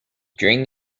during